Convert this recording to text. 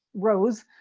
rose,